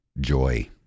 Joy